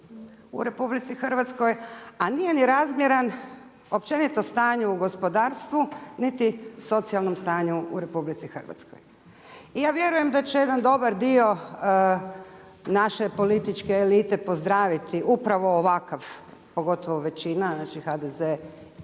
u RH, a nije ni razmjeran općenito u stanju u gospodarstvu niti socijalnom stanju u RH. I ja vjerujem da će jedan dobar dio naše političke elite pozdraviti upravo ovakav pogotovo većina, znači HDZ